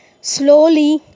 Slowly